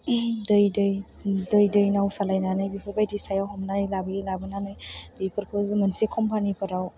दै दै दै दै नाव सालायनानै बिफोरबायदि सायाव हमनाय लाबोयो लाबोनानै बेफोरखौ मोनसे कम्पानिफोराव